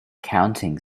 counting